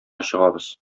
чыгабыз